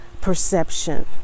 perception